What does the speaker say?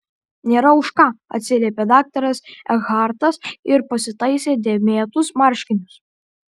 nėra už ką atsiliepė daktaras ekhartas ir pasitaisė dėmėtus marškinius